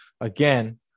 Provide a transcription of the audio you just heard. Again